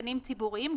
גנים ציבוריים,